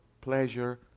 pleasure